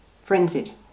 frenzied